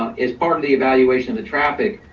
um as part of the evaluation of the traffic,